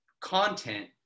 content